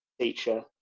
teacher